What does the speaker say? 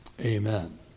amen